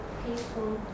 peaceful